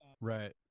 Right